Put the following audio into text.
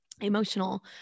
emotional